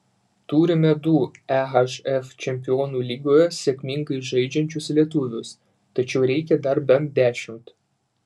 turime du ehf čempionų lygoje sėkmingai žaidžiančius lietuvius tačiau reikia dar bent dešimt